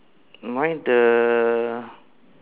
my the